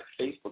Facebook